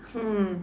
hmm